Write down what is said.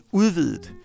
udvidet